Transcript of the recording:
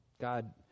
God